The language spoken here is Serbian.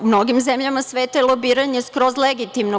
U mnogim zemljama sveta je lobiranje skroz legitimno.